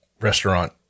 restaurant